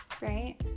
right